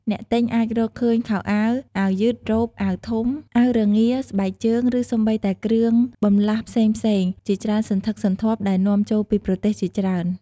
អ្នកទិញអាចរកឃើញខោអាវ អាវយឺត រ៉ូប អាវធំ អាវរងារ ស្បែកជើង និងសូម្បីតែគ្រឿងបន្លាស់ផ្សេងៗជាច្រើនសន្ធឹកសន្ធាប់ដែលនាំចូលពីប្រទេសជាច្រើន។